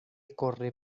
corre